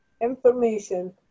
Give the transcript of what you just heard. information